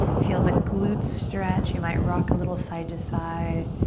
feel the glutes stretch. you might rock a little side to side.